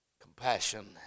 compassion